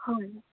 হয়